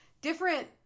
different